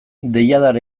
deiadar